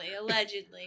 allegedly